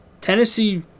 Tennessee